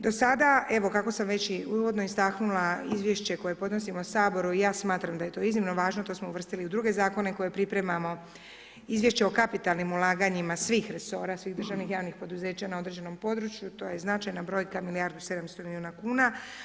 Do sada, evo kako sam već i uvodno istaknula izvješće koje podnosimo Saboru i ja smatram da je to iznimno važno, to smo uvrstili i u druge zakone koje pripremamo, izvješće o kapitalnim ulaganjima svih resora, svih državnih javnih poduzeća na određenom području, to je značajna brojka milijardu i 700 milijuna kuna.